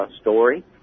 story